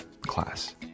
class